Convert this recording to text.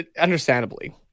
understandably